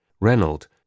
Reynold